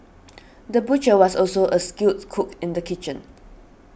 the butcher was also a skilled cook in the kitchen